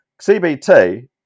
CBT